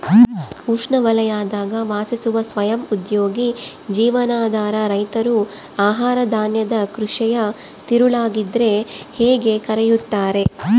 ಉಷ್ಣವಲಯದಾಗ ವಾಸಿಸುವ ಸ್ವಯಂ ಉದ್ಯೋಗಿ ಜೀವನಾಧಾರ ರೈತರು ಆಹಾರಧಾನ್ಯದ ಕೃಷಿಯ ತಿರುಳಾಗಿದ್ರ ಹೇಗೆ ಕರೆಯುತ್ತಾರೆ